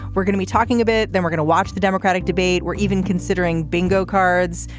we're going to be talking a bit. then we're gonna watch the democratic debate. we're even considering bingo cards.